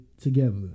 together